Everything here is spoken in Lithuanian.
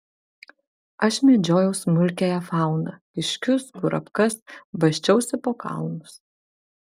aš medžiojau smulkiąją fauną kiškius kurapkas basčiausi po kalnus